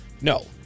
No